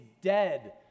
dead